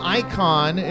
icon